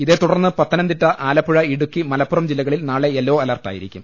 ഇതേ തുടർന്ന് പത്തനംതിട്ട ആലപ്പുഴ ഇടുക്കി മലപ്പുറം ജില്ലകളിൽ നാളെ യെല്ലോ അലർട്ടായിരിക്കും